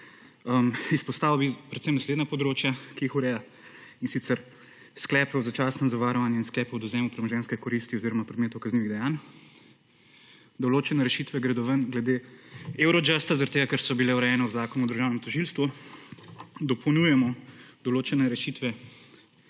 Izpostavil bi predvsem naslednja področja, ki jih ureja, in sicer: sklep o začasnem zavarovanju in sklep o odvzemu premoženjske koristi oziroma predmetov kaznivih dejanj; določene rešitve gredo ven glede Eurojusta, zaradi tega, ker so bile urejene v Zakonu o državnem tožilstvu; dopolnjujemo določene rešitve